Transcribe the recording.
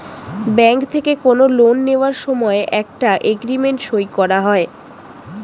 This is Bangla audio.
ব্যাঙ্ক থেকে কোনো লোন নেওয়ার সময় একটা এগ্রিমেন্ট সই করা হয়